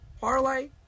parlay